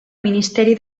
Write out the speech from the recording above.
ministeri